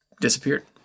disappeared